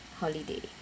holiday